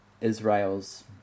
Israel's